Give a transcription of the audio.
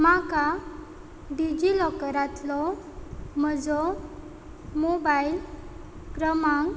म्हाका डिजिलॉकरांतलो म्हजो मोबायल क्रमांक